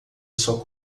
sua